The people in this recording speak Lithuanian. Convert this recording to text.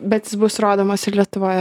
bet jis bus rodomas ir lietuvoj